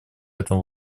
этому